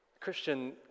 Christian